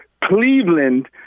Cleveland